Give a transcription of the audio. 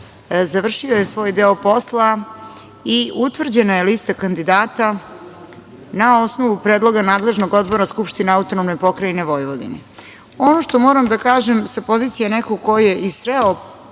završio je svoj deo posla i utvrđena je lista kandidata na osnovu predloga nadležnog odbora Skupštine AP Vojvodine. Ono što moram da kažem sa pozicije nekog ko je i sreo